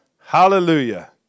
Hallelujah